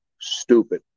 stupid